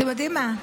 אתם יודעים מה,